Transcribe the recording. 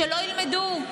שלא ילמדו.